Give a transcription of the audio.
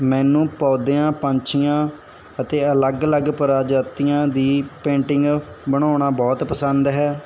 ਮੈਨੂੰ ਪੌਦਿਆਂ ਪੰਛੀਆਂ ਅਤੇ ਅਲੱਗ ਅਲੱਗ ਪ੍ਰਾਜਾਤੀਆ ਦੀ ਪੇਂਟਿੰਗ ਬਣਾਉਣਾ ਬਹੁਤ ਪਸੰਦ ਹੈ